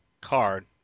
card